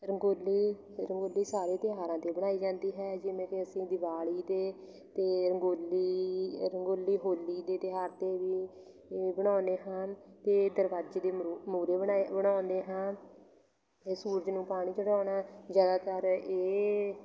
ਰੰਗੋਲੀ ਰੰਗੋਲੀ ਸਾਰੇ ਤਿਉਹਾਰਾਂ 'ਤੇ ਬਣਾਈ ਜਾਂਦੀ ਹੈ ਜਿਵੇਂ ਕਿ ਅਸੀਂ ਦਿਵਾਲੀ ਦੇ ਅਤੇ ਰੰਗੋਲੀ ਰੰਗੋਲੀ ਹੋਲੀ ਦੇ ਤਿਉਹਾਰ 'ਤੇ ਵੀ ਬਣਾਉਂਦੇ ਹਾਂ ਅਤੇ ਦਰਵਾਜੇ ਦੇ ਮਰੂ ਮੂਰੇ ਬਣਾ ਬਣਾਉਂਦੇ ਹਾਂ ਅਤੇ ਸੂਰਜ ਨੂੰ ਪਾਣੀ ਚੜਾਉਣਾ ਜ਼ਿਆਦਾਤਰ ਇਹ